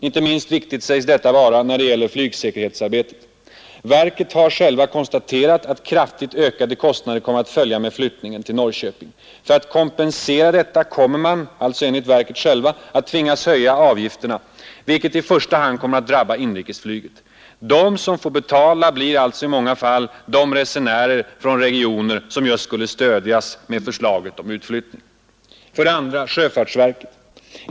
Inte minst viktigt sägs detta vara när det gäller flygsäkerhetsarbetet. Verket har självt konstaterat att kraftigt ökade kostnader kommer att följa med flyttningen till Norrköping. För att kompensera detta kommer man att tvingas höja landningsavgifter etc., vilket i första hand kommer att drabba inrikesflyget. De som får betala blir alltså i många fall resenärerna från de regioner som skulle stödjas med förslaget om utflyttning!